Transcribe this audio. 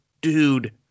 dude